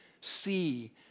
see